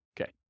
Okay